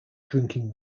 drinking